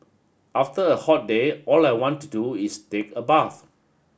after a hot day all I want to do is take a bath